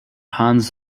hans